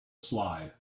slide